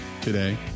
today